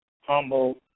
humble